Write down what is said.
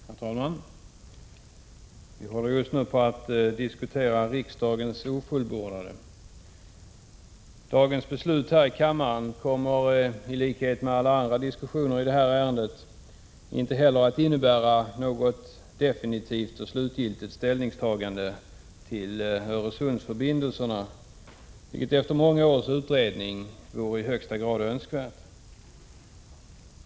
Herr talman! Vi håller just nu på att diskutera riksdagens ofullbordade. Dagens beslut här i kammaren kommer —i likhet med alla andra beslut i detta ärende —- inte att innebära något definitivt och slutgiltigt ställningstagande till frågan om Öresundsförbindelserna, vilket efter många års utredande vore i högsta grad önskvärt.